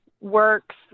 works